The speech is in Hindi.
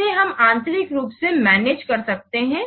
इसे हम आंतरिक रूप से मैनेज कर सकते हैं